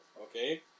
Okay